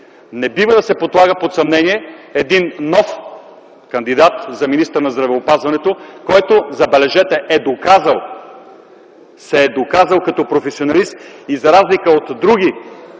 Не бива да се подлага под съмнение един нов кандидат за министър на здравеопазването, който, забележете, се е доказал като професионалист - за разлика от други